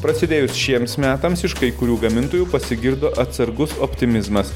prasidėjus šiems metams iš kai kurių gamintojų pasigirdo atsargus optimizmas